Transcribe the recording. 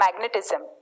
magnetism